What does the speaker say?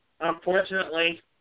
unfortunately